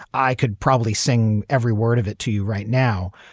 i could probably sing every word of it to you right now.